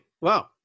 Wow